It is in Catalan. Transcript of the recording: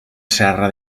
serra